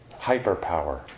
hyperpower